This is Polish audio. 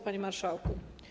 Panie Marszałku!